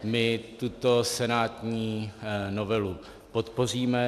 My tuto senátní novelu podpoříme.